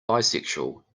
bisexual